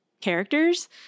characters